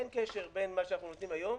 אין קשר בין מה שאנחנו עושים היום